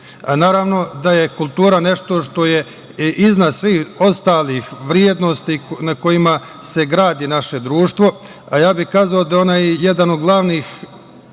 da je kultura nešto što je iznad svih ostalih vrednosti na kojima se gradi naše društvo, a ja bih kazao da je ona i jedna od glavnih